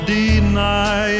deny